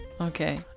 Okay